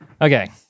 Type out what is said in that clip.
Okay